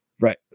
Right